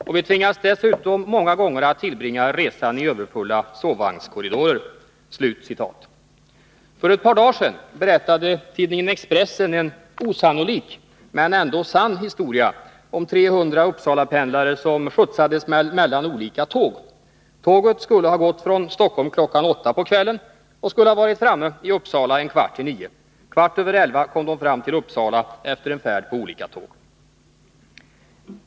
Och vi tvingas dessutom många gånger att tillbringa resan i överfulla sovvagnskorridorer.” För ett par dagar sedan berättade tidningen Expressen en osannolik men ändå sann historia om 300 Uppsalapendlare, som skjutsades mellan olika tåg. Tåget skulle ha gått från Stockholm klockan åtta på kvällen och skulle ha varit i Uppsala en kvart i nio. En kvart över elva kom resenärerna fram till Uppsala efter en färd på olika tåg.